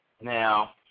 Now